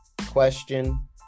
question